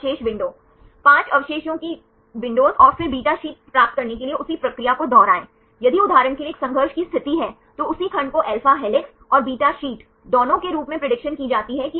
संदर्भ स्लाइड समय 2454 और उन्होंने दिखाया कि 60 से 69 इन वर्णों को अल्फा हेलिक्स से लिया गया है